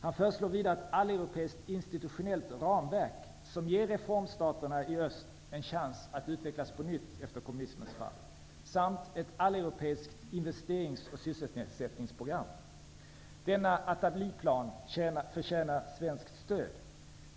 Han föreslår vidare ett alleuropeiskt institutionellt ramverk, som ger reformstaterna i öst en chans att utvecklas på nytt efter kommunismens fall samt ett alleuropeiskt investerings och sysselsättningsprogram. Denna Attaliplan förtjänar svenskt stöd.